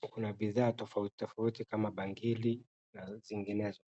kuna bidhaa tofauti tofauti kama bangili na zinginezo.